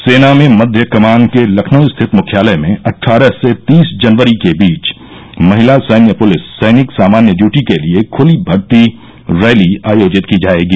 सेना में मध्य कमान के लखनऊ स्थित मुख्यालय में अट्ठारह से तीस जनवरी के बीच महिला सैन्य पुलिस सैनिक सामान्य ड्यूटी के लिए खुली भर्ती रैली आयोजित की जाएगी